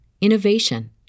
innovation